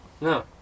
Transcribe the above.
No